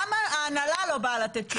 למה ההנהלה לא באה לתת תשובות?